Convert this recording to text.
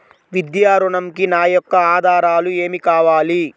విద్యా ఋణంకి నా యొక్క ఆధారాలు ఏమి కావాలి?